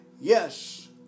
Yes